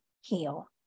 heal